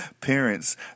Parents